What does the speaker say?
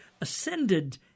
ascended